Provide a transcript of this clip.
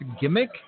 gimmick